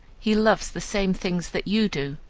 he loves the same things that you do,